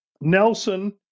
Nelson